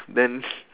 then